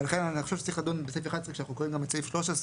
לכן אני חושב שצריכים לדן בסעיף (11) כשאנחנו קוראים גם את סעיף (13),